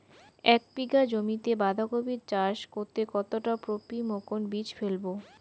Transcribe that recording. এক বিঘা জমিতে বাধাকপি চাষ করতে কতটা পপ্রীমকন বীজ ফেলবো?